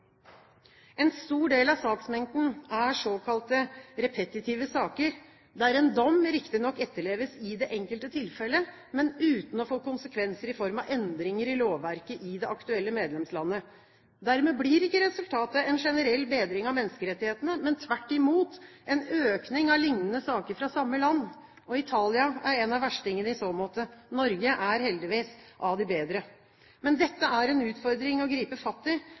En stor del av saksmengden er såkalt repetitive saker, der en dom riktignok etterleves i det enkelte tilfellet, men uten å få konsekvenser i form av endringer i lovverket i det aktuelle medlemslandet. Dermed blir ikke resultatet en generell bedring av menneskerettighetene, men tvert imot en økning av lignende saker fra samme land. Italia er en av verstingene i så måte. Norge er heldigvis av de bedre. Men dette er en utfordring å gripe fatt i